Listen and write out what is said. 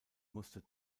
musste